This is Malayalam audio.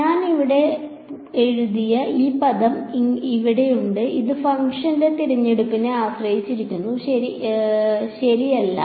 ഞാൻ ഇവിടെ എഴുതിയ ഈ പദം ഇവിടെയുണ്ട് അത് ഫംഗ്ഷന്റെ തിരഞ്ഞെടുപ്പിനെ ആശ്രയിച്ചിരിക്കുന്നു ശരിയല്ല ഇവിടെ ശരിയല്ല